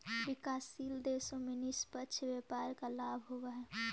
विकासशील देशों में निष्पक्ष व्यापार का लाभ होवअ हई